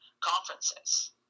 conferences